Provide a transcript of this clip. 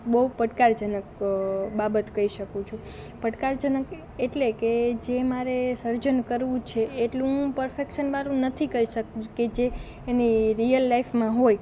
બહું પડકારજનક બાબત કહી શકું છું પડકારજનક એટલે કે જે મારે સર્જન કરવું છે એટલું હું પરફેક્શન મારું નથી કરી શકું કે જે એની રિયલ લાઈફમાં હોય